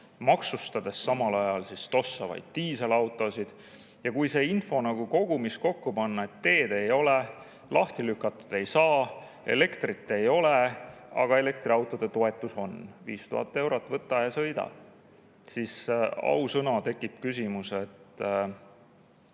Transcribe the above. maksustame tossavaid diiselautosid. Kui see info nüüd kogumis kokku panna, et teid ei ole, teid lahti lükatud ei saa, elektrit ei ole, aga elektriautode toetus on, 5000 eurot, võta ja sõida, siis ausõna tekib küsimus, et